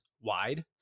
wide